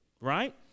right